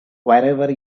wherever